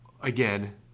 again